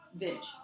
bitch